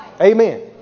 Amen